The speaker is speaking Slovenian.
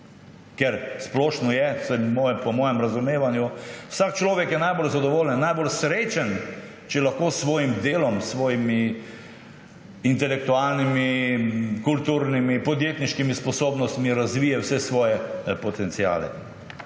Ker splošno je, vsaj po mojem razumevanju, vsak človek je najbolj zadovoljen, najbolj srečen, če lahko s svojim delom, s svojimi intelektualnimi, kulturnimi, podjetniškimi sposobnostmi razvije vse svoje potenciale.